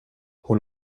hon